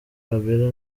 kabila